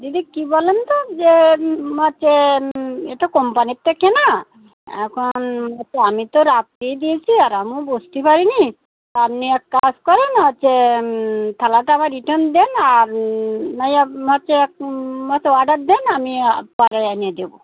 দিদি কি বলেন তো যে হচ্ছে এটা কোম্পানির থেকে কেনা এখন হছে আমি তো রাত্রেই দিয়েছি আর আমিও বসতে পারি নি আপনি এক কাজ করেন হচ্ছে থালাতে আবার রিটার্ন দেন আর না হচ্ছে হচ্ছে অর্ডার দেন আমি পরে এনে দেবো